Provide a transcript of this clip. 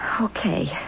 Okay